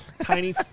tiny